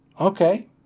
Okay